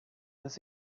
this